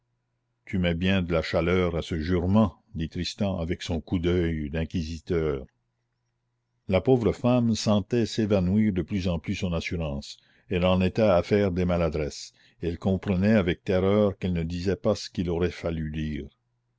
tu mets bien de la chaleur à ce jurement dit tristan avec son coup d'oeil d'inquisiteur la pauvre femme sentait s'évanouir de plus en plus son assurance elle en était à faire des maladresses et elle comprenait avec terreur qu'elle ne disait pas ce qu'il aurait fallu dire